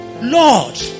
Lord